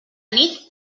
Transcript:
nit